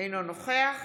אינו נוכח